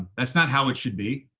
that's not how it should be.